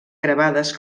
gravades